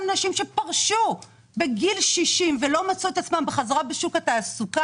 נשים שפרשו בגיל 60 ולא מצאו את עצמן בשוק התעסוקה,